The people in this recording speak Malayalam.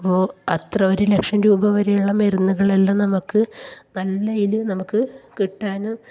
അപ്പോൾ അത്ര ഒരു ലക്ഷം രൂപ വരെയുള്ള മരുന്നുകളെല്ലാം നമുക്ക് നല്ല ഇതിൽ നമുക്ക് കിട്ടാൻ